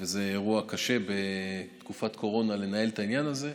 זה אירוע קשה בתקופת קורונה, לנהל את העניין הזה,